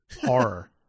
Horror